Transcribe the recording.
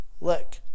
Look